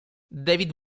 david